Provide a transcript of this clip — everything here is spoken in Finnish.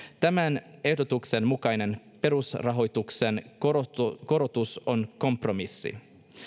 tämän ehdotuksen mukainen perusrahoituksen korotus on kompromissi